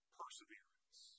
perseverance